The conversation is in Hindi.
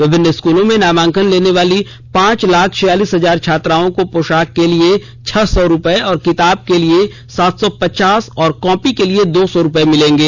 विभिन्न स्कूलों में नामांकन लेनेवाली पांच लाख छियालीस हजार छात्राओं को पोशाक के लिए छह सौ रुपये और किताब के लिए सात सौ पचास और कॉपी के लिए दो सौ रुपये मिलेंगे